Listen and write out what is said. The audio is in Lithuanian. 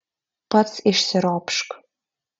pats išsiropšk